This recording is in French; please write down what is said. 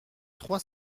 trois